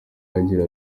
agira